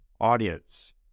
audience